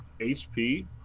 HP